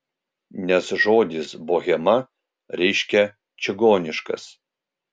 nes žodis bohema reiškia čigoniškas